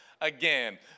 Again